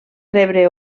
rebre